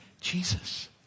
Jesus